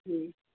जी